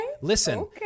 listen